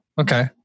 okay